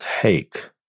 take